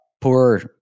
poor